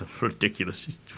ridiculous